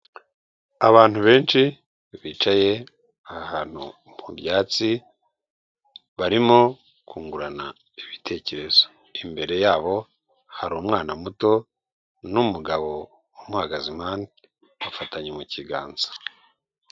Abantu benshi bicaye ahantu ku byatsi barimo kungurana ibitekerezo, imbere yabo hari umwana muto n'umugabo umuhagaze impande bafatanye mu kiganza.